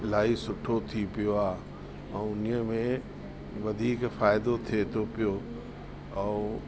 इलाही सुठो थी पियो आहे ऐं उन्हीअ में वधीक फ़ाइदो थिए थो पियो ऐं